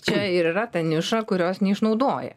čia ir yra ta niša kurios neišnaudoja